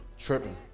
Tripping